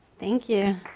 thank you.